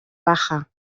baja